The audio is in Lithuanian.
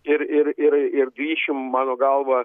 ir ir ir ir grįšim mano galva